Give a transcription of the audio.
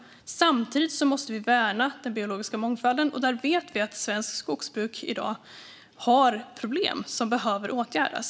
Samtidigt måste vi värna den biologiska mångfalden. Där vet vi att svenskt skogsbruk i dag har problem som behöver åtgärdas.